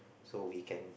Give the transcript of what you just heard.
so we can